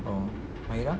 oh mairah